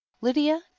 Lydia